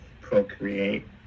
procreate